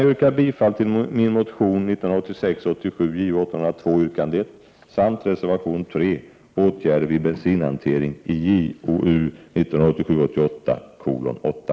Jag yrkar bifall till min motion 1986 88:8.